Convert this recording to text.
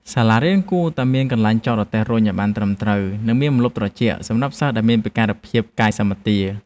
សាលារៀនគួរតែមានកន្លែងចតរទេះរុញឱ្យបានត្រឹមត្រូវ និងមានម្លប់ត្រជាក់សម្រាប់សិស្សដែលមានពិការភាពកាយសម្បទា។